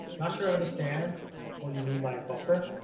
not sure i understand what you mean by a buffer